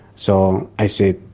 so i said,